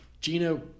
Gino